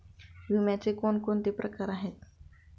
विम्याचे कोणकोणते प्रकार आहेत?